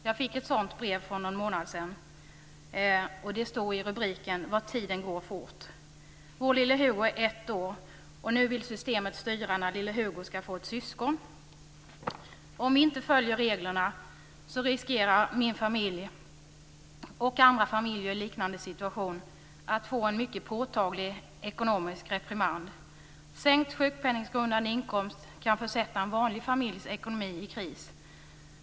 Jag fick ett sådant brev för någon månad sedan, och rubriken var Vad tiden går fort. Vår lille Hugo är ett år, och nu vill systemet styra när lille Hugo ska få ett syskon. Om vi inte följer reglerna riskerar min familj och andra familjer i liknande situationer att få en mycket påtaglig ekonomisk reprimand. Sänkt sjukpenninggrundande inkomst kan försätta en vanlig familjs ekonomi i kris.